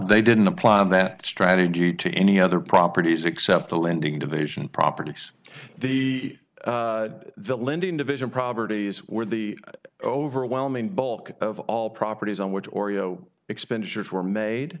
they didn't apply that strategy to any other properties except the lending division properties the lending division probert days where the overwhelming bulk of all properties on which oreo expenditures were made